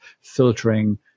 filtering